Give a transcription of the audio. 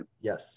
yes